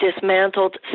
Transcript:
dismantled